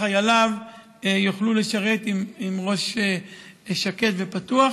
שחייליהם יוכלו לשרת עם ראש שקט ופתוח.